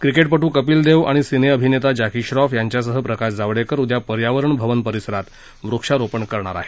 क्रिकेटपटू कपिल देव आणि सिनेअभिनेता जक्ती श्रॉफ यांच्यासह प्रकाश जावडेकर उद्या पर्यावरण भवन परिसरात वृक्षारोपण करणार आहेत